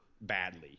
badly